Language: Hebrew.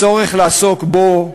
הצורך לעסוק בו,